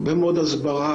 הרבה מאוד הסברה,